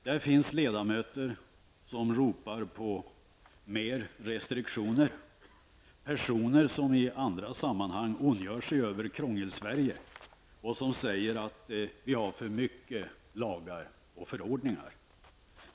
Det finns ledamöter som ropar på mera restriktioner, personer som i andra sammanhang ondgör sig över Krångelsverige och som säger att vi har för många lagar och förordningar.